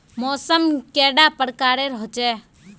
मौसम कैडा प्रकारेर होचे?